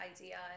idea